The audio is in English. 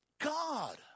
God